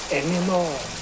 anymore